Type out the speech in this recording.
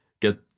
get